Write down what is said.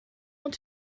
ont